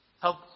Help